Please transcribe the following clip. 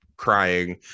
crying